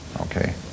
okay